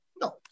No